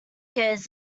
goes